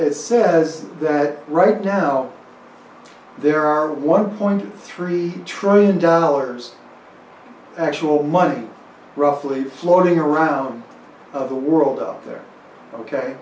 it says that right now there are one point three trillion dollars actual money roughly floating around the world up there ok